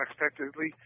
unexpectedly